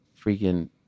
Freaking